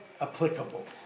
applicable